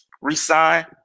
Resign